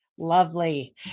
Lovely